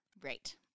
Great